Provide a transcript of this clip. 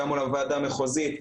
גם מול הוועדה המחוזית,